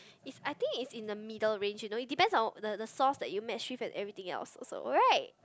is I think is in the middle range you know it depends on the the sauce that you match with and everything else also right